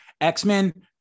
X-Men